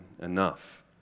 enough